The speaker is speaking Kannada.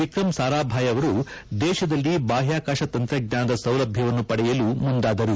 ವಿಕ್ರಂ ಸಾರಾಭಾಯಿ ಅವರು ದೇಶದಲ್ಲಿ ಬಾಹ್ಕಾಕಾಶ ತಂತ್ರಜ್ಞಾನದ ಸೌಲಭ್ಧವನ್ನು ಪಡೆಯಲು ಮುಂದಾದರು